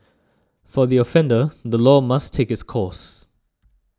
for the offender the law must take its course